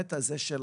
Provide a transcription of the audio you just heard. ההיבט הזה של